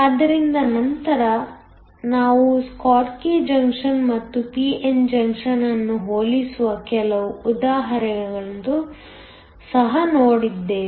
ಆದ್ದರಿಂದ ನಂತರ ನಾವು ಸ್ಕಾಟ್ಕಿ ಜಂಕ್ಷನ್ ಮತ್ತು p n ಜಂಕ್ಷನ್ ಅನ್ನು ಹೋಲಿಸುವ ಕೆಲವು ಉದಾಹರಣೆಗಳನ್ನು ಸಹ ನೋಡುತ್ತೇವೆ